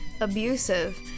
abusive